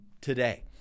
today